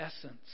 essence